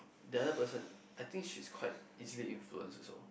the other person I think she's quite easily influence also